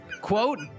Quote